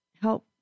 help